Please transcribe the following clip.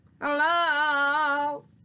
hello